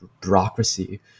bureaucracy